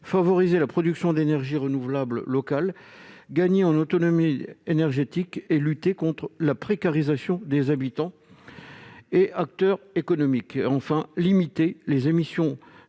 favoriser la production d'énergie renouvelable locale, de gagner en autonomie énergétique et de lutter contre la précarisation des habitants et des acteurs économiques. Leur action vise enfin à limiter les émissions